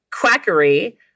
Quackery